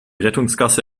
rettungsgasse